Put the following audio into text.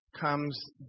comes